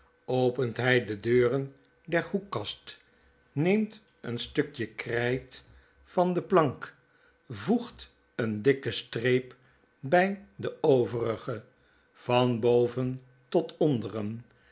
opent hy de deuren der hoekkast neemt het stukje krfit van de het geheim van edwin drood m voegt eene dikke streep bjj de overige van boven tot onderen